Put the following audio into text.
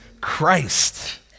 Christ